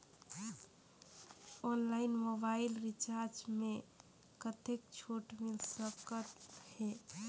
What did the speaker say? Online mobile recharge मे कतेक छूट मिल सकत हे?